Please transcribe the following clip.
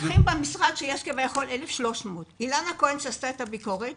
מדווחים במשרד שיש כביכול 1,300. אילנה כהן עשתה ביקורת